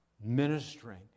ministering